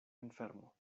enfermo